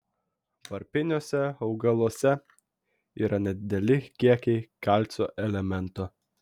varpiniuose augaluose yra nedideli kiekiai kalcio elemento